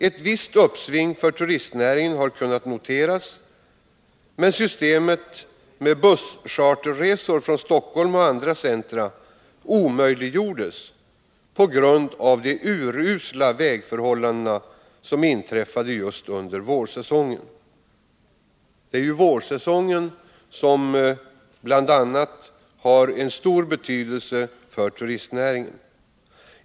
Ett visst uppsving för turistnäringen har kunnat noteras, men systemet med busscharterresor från Stockholm och andra centra omöjliggjordes på grund av de urusla vägförhållanden som rådde just under vårsäsongen. Och vårsäsongen har ju stor betydelse för turistnäringen.